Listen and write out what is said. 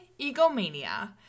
egomania